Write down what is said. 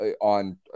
on